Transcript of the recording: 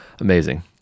Amazing